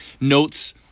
notes